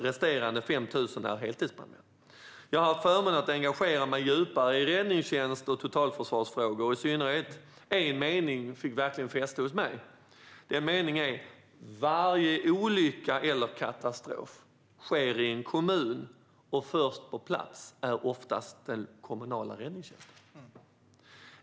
Resterande 5 000 är heltidsbrandmän. Jag har haft förmånen att engagera mig djupare i räddningstjänst och totalförsvarsfrågor, och i synnerhet en mening fick verkligen fäste hos mig. Den meningen är: Varje olycka eller katastrof sker i en kommun, och först på plats är oftast den kommunala räddningstjänsten.